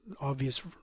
obvious